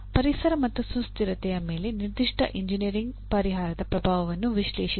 ಪರಿಸರ ಮತ್ತು ಸುಸ್ಥಿರತೆಯ ಮೇಲೆ ನಿರ್ದಿಷ್ಟ ಎಂಜಿನಿಯರಿಂಗ್ ಪರಿಹಾರದ ಪ್ರಭಾವವನ್ನು ವಿಶ್ಲೇಷಿಸಿ